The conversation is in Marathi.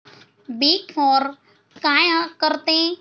बिग फोर काय करते?